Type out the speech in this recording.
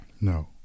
No